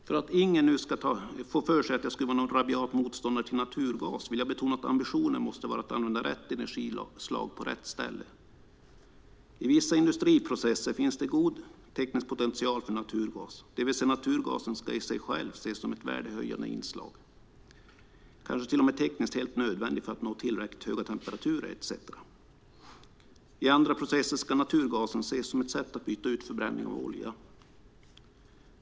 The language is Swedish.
För att ingen nu ska få för sig att jag skulle vara någon rabiat motståndare till naturgas vill jag betona att ambitionen måste vara att använda rätt energislag på rätt ställe. I vissa industriprocesser finns det en god teknisk potential för naturgas. Naturgasen ska alltså i sig själv ses som ett värdehöjande inslag i själva produktionen - kanske till och med tekniskt helt nödvändigt för att nå tillräckligt höga temperaturer etcetera. I andra processer ska naturgasen ses som ett sätt att byta ut förbränning av olja.